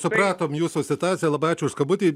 supratom jūsų situaciją labai ačiū už skambutį